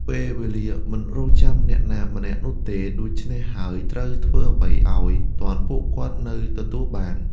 ពេលវេលាមិនរង់ចាំអ្នកណាម្នាក់នោះទេ ដូច្នេះហើយត្រូវធ្វើអ្វីអោយទាន់ពួកគាត់នៅទទួលបាន។